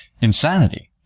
insanity